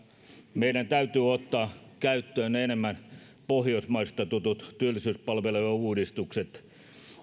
meidän täytyy ottaa käyttöön enemmän pohjoismaista tutut työllisyyspalvelu uudistukset